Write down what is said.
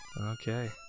Okay